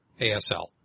ASL